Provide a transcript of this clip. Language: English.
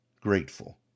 Grateful